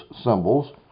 symbols